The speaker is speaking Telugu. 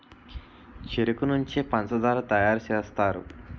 చెరుకు నుంచే పంచదార తయారు సేస్తారు